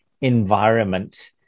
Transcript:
environment